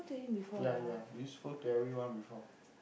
ya ya useful to everyone before